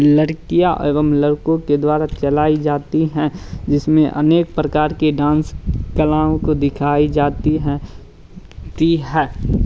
लड़कियाँ एवं लड़कों के द्वारा चलाई जाती हैं जिसमें अनेक प्रकार के डांस कलाओं को दिखाई जाती है ती है